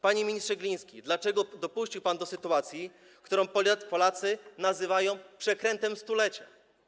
Panie ministrze Gliński, dlaczego dopuścił pan do sytuacji, którą Polacy nazywają przekrętem stulecia?